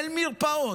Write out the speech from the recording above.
אין מרפאות,